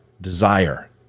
desire